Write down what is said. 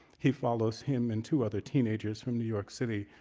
he follows him and two other teenagers from new york city,